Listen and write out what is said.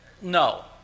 No